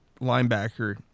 linebacker